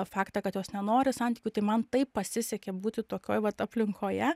faktą kad jos nenori santykių tai man taip pasisekė būti tokioj vat aplinkoje